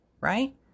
right